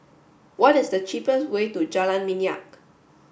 what is the cheapest way to Jalan Minyak